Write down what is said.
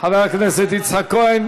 חבר הכנסת יצחק כהן.